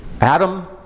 Adam